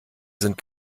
sind